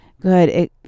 Good